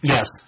Yes